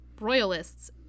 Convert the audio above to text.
royalist's